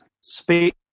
speak